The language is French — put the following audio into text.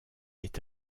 est